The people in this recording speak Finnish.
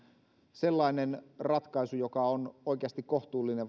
sellainen ratkaisu joka on oikeasti kohtuullinen